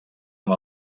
amb